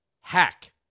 hack